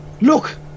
Look